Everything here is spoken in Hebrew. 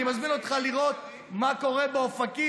אני מזמין אותך לראות מה קורה באופקים,